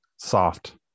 soft